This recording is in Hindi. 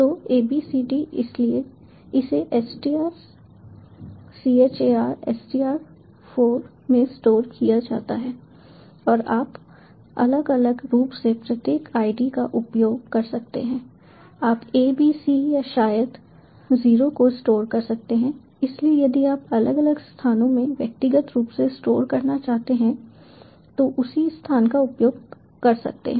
तो abcd इसलिए इसे str char str 4 में स्टोर किया जाता है और आप अलग अलग रूप से प्रत्येक id का उपयोग कर सकते हैं आप A B C या शायद 0 को स्टोर कर सकते हैं इसलिए यदि आप अलग अलग स्थानों में व्यक्तिगत रूप से स्टोर करना चाहते हैं तो उसी स्थान का उपयोग कर सकते हैं